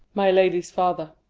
my lady's father.